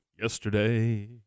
yesterday